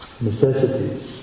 necessities